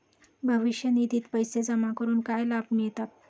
भविष्य निधित पैसे जमा करून काय लाभ मिळतात?